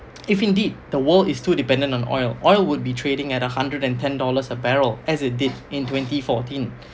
if indeed the world is too dependent on oil oil would be trading at a hundred and ten dollars a barrel as it did in twenty fourteen